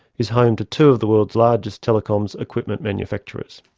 is home to two of the world's largest telecoms equipment manufacturers,